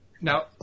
Now